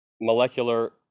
molecular